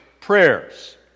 prayers